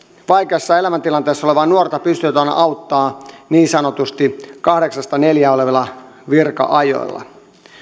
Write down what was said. vaikeassa elämäntilanteessa olevaa nuorta pystytään auttamaan niin sanotusti kahdeksasta neljään olevalla virka ajalla